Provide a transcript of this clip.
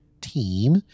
team